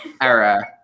era